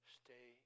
stay